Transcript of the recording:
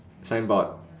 signboard